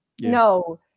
no